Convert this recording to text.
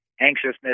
Anxiousness